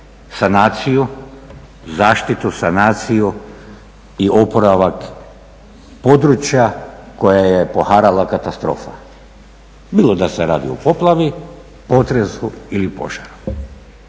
sanaciju, zaštitu i oporavak područja koja je poharala katastrofa? Bilo da se radi o poplavi, potresu ili požaru.